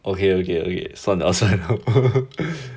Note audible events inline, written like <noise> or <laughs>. okay okay okay 算了算了 <laughs>